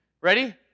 ready